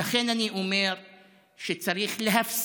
גאווה ושייכות.) לכן אני אומר שצריך להפסיק